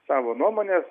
savo nuomonės